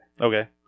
Okay